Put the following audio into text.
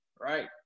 right